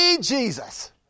Jesus